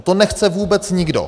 No nechce vůbec nikdo.